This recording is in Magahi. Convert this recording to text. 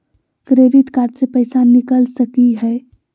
क्रेडिट कार्ड से पैसा निकल सकी हय?